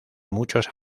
muchos